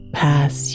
pass